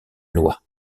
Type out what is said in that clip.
loi